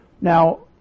Now